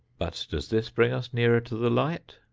but does this bring us nearer to the light?